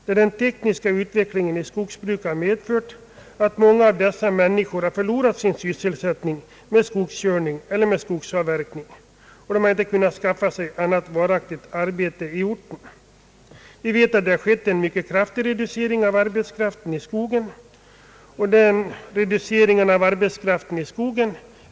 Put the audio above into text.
Den tekniska utvecklingen i skogsbruket har medfört att många av dessa människor förlorat sin sysselsättning med skogskörning eller med skogsavverkning, och de har inte kunnat skaffa sig annat varaktigt arbete i orten. Vi vet att det skett en mycket kraftig reducering av arbetskraften i skogen.